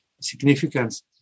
significance